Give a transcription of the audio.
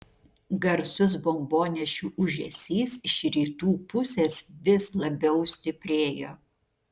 garsus bombonešių ūžesys iš rytų pusės vis labiau stiprėjo